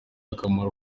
akamaro